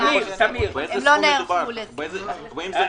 עדיף.